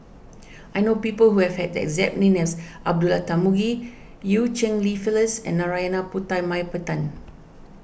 I know people who have had the exact name as Abdullah Tarmugi Eu Cheng Li Phyllis and Narana Putumaippittan